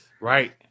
Right